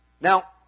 Now